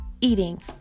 eating